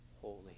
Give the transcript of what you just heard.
holy